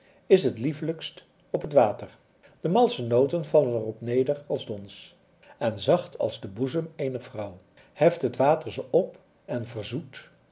is het liefelijkst op het water de malsche noten vallen er op neder als dons en zacht als de boezem eener vrouw heft het water ze op en verzoet